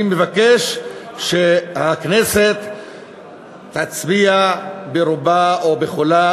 אני מבקש שהכנסת תצביע ברובה או כולה,